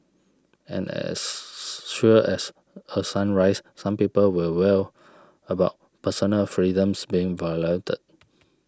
and as sure as a sunrise some people will wail about personal freedoms being violated